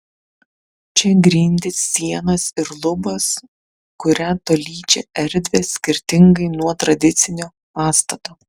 čia grindys sienos ir lubos kuria tolydžią erdvę skirtingai nuo tradicinio pastato